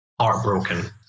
Heartbroken